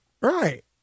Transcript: Right